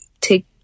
take